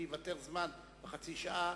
אם ייוותר זמן, חצי שעה,